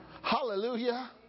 Hallelujah